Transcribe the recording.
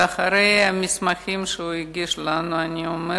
ואחרי שהוא הגיש לנו את המסמכים אני אומרת: